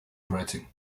rating